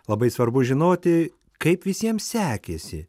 labai svarbu žinoti kaip visiems sekėsi